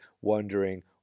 wondering